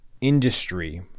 industry